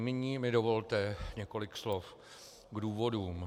Nyní mi dovolte několik slov k důvodům.